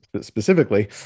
specifically